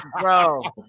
bro